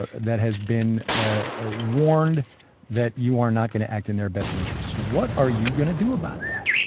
ah that has been ah warned that you are not gonna act in their best interest. what are you going to do about that?